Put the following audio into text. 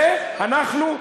ואנחנו,